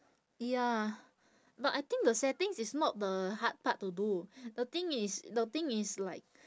ya but I think the settings is not the hard part to do the thing is the thing is like